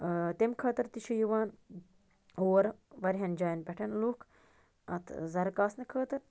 تَمہِ خٲطرٕ تہِ چھُ یِوان اور واریاہن جایَن پٮ۪ٹھ لُکھ اَتھ زَرٕ کاسنہٕ خٲطر